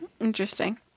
Interesting